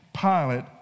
Pilate